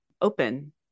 open